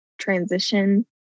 transition